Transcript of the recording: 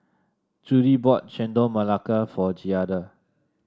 Judy bought Chendol Melaka for Giada